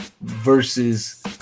versus